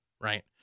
right